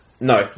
no